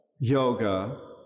yoga